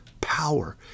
power